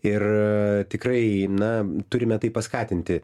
ir tikrai na turime tai paskatinti